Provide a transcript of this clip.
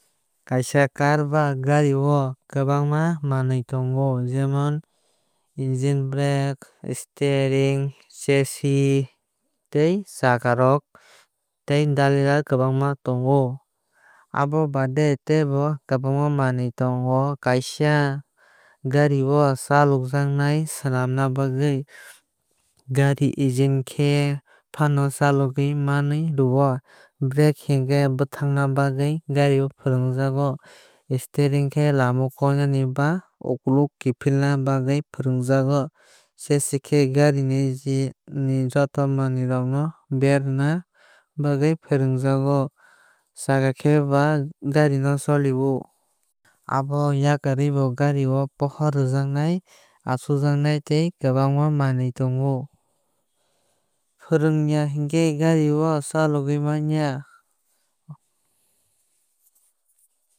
Kaisa car ba gari o kwbangma manwi tongo jemon engine brake steering chasis tei chakka rok tei dale dal kwbangam tongo. Abo baade teibo kwbangma manwi tongo kaaisa gari o chalokmanjaknai swlamna bagwi. Gari engine khe fano chalogwui manwui rwio. Brkae hinkhe bwthakna bagwi gari o fwnangjago. Steering khe lama koinani ba uklog kifilna bagwi fwnagjago. Chasis khe gari ni joto manwi rok no berana bagwi fwnajago. Chakka khe bai gari chalio. Abono yakarwi bo gari o pohor rwijaknai achukjaknai tebo kwbangma manwui tongo. Fwrungya hinke gari o chalogui maan ya.